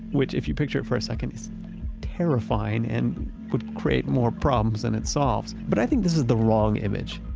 which, if you picture it for a second, is terrifying and would create more problems than and it solves. but i think this is the wrong image.